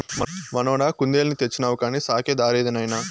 మనవడా కుందేలుని తెచ్చినావు కానీ సాకే దారేది నాయనా